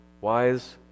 wise